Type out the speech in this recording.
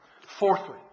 Fourthly